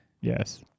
Yes